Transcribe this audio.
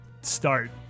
start